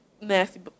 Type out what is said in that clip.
nasty